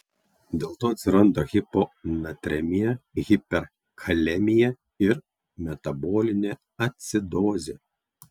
dėlto atsiranda hiponatremija hiperkalemija ir metabolinė acidozė